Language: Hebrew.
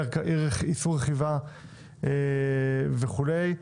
איסור רכיבה וכולי,